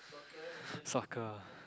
soccer